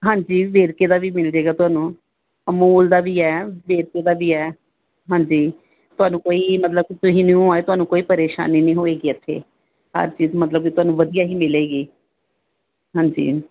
ਹਾਂਜੀ ਵੇਰਕੇ ਦਾ ਵੀ ਮਿਲ ਜਾਏਗਾ ਤੁਹਾਨੂੰ ਅਮੂਲ ਦਾ ਵੀ ਹੈ ਵੇਰਕੇ ਦਾ ਵੀ ਹੈ ਹਾਂਜੀ ਤੁਹਾਨੂੰ ਕੋਈ ਮਤਲਬ ਤੁਸੀਂ ਨਿਊ ਆਏ ਤੁਹਾਨੂੰ ਕੋਈ ਪਰੇਸ਼ਾਨੀ ਨਹੀਂ ਹੋਏਗੀ ਇੱਥੇ ਹਰ ਚੀਜ਼ ਮਤਲਬ ਵੀ ਤੁਹਾਨੂੰ ਵਧੀਆ ਹੀ ਮਿਲੇਗੀ ਹਾਂਜੀ